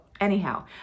Anyhow